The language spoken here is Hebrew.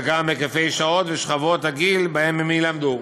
גם את היקפי השעות ואת שכבות הגיל שבהן הן יילמדו.